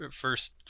first